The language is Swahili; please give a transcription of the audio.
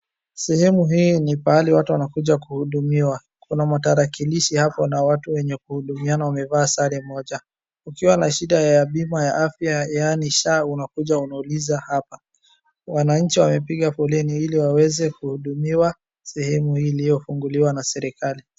Sehemu hii ni pahali watu wanakuja kuhudumiwa. Kuna matarakilishi hapo na watu wenye kuhudumiana wamevaa sare moja. Ukiwa na shida ya bima wa afya yaani SHA unakuja unauliza hapa. Wananchi wamepiga foleni ii waweze kuhudumiwa sehemu hii iliyofunguliwa na serikali.